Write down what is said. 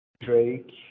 Drake